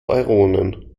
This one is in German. euronen